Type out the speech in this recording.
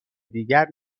دیگر